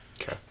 Okay